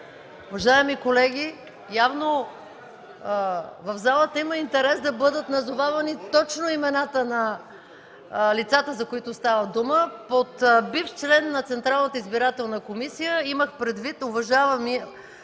Уважаеми колеги, явно в залата има интерес да бъдат назовавани точно имената на лицата, за които става дума. Под бивш член на Централната избирателна комисия имах предвид уважаемия